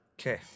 Okay